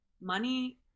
Money